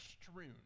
strewn